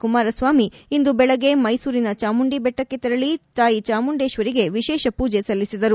ಕುಮಾರಸ್ವಾಮಿ ಇಂದು ಬೆಳಗ್ಗೆ ಮೈಸೂರಿನ ಚಾಮುಂಡಿ ಬೆಟ್ಟಕ್ಕೆ ತೆರಳ ತಾಯಿ ಚಾಮುಂಡೇಶ್ವರಿಗೆ ವಿಶೇಷ ಮೂಜಿ ಸಲ್ಲಿಸಿದರು